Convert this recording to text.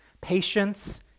patience